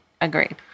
Agreed